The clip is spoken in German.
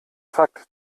fakt